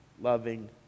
loving